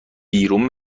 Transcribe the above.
بیرون